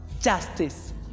justice